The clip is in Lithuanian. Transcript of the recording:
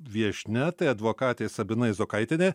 viešnia tai advokatė sabina izokaitienė